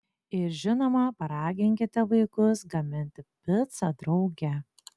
ir žinoma paraginkite vaikus gaminti picą drauge